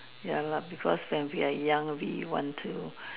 ya lah because when we are young we want to